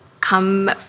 come